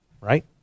right